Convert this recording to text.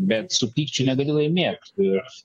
bet su pykčiu negali laimėt